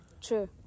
True